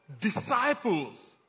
disciples